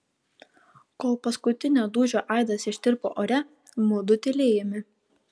kol paskutinio dūžio aidas ištirpo ore mudu tylėjome